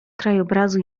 krajobrazu